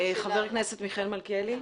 חבר הכנסת מיכאל מלכיאלי.